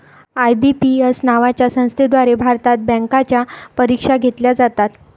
IBPS नावाच्या संस्थेद्वारे भारतात बँकांच्या परीक्षा घेतल्या जातात